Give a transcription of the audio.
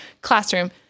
classroom